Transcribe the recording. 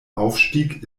aufstieg